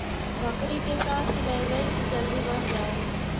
बकरी के का खिलैबै कि जल्दी बढ़ जाए?